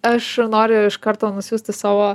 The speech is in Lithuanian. aš noriu iš karto nusiųsti savo